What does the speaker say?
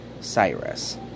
Cyrus